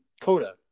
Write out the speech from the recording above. Coda